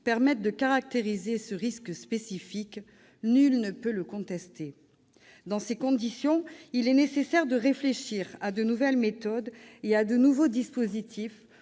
permettent de caractériser ce risque spécifique. Nul ne peut le contester. Dans ces conditions, il est nécessaire de réfléchir à de nouvelles méthodes et à de nouveaux dispositifs